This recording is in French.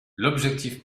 l’objectif